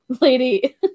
lady